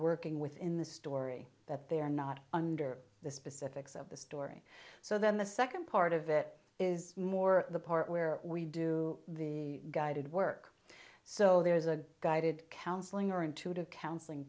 working within the story that they are not under the specifics of the story so then the second part of it is more the part where we do the guided work so there's a guided counseling or intuitive counseling